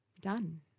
done